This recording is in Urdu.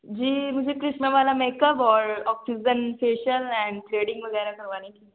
جی مجھے کرشنا والا میک اپ اور آکشیزن فیشل اینڈ تھریڈنگ وغیرہ کروانی تھی